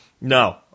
No